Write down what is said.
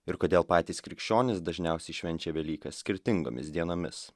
ir kodėl patys krikščionys dažniausiai švenčia velykas skirtingomis dienomis